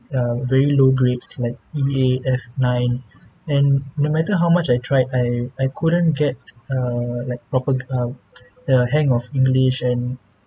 very low grades like E eight F nine and no matter how much I tried I I couldn't get err like proper uh the hang of english and